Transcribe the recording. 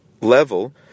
level